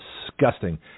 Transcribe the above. disgusting